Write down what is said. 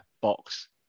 box